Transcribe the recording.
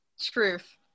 Truth